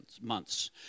months